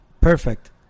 Perfect